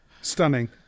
Stunning